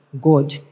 god